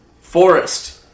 Forest